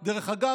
דרך אגב,